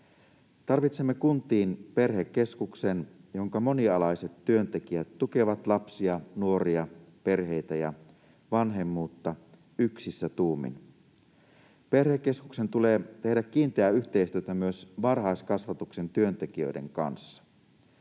Tarvitsemme kuntiin perhekeskuksen, jonka monialaiset työntekijät tukevat lapsia, nuoria, perheitä ja vanhemmuutta yksissä tuumin. Perhekeskuksen tulee tehdä kiinteää yhteistyötä myös varhaiskasvatuksen työntekijöiden kanssa.